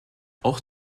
auch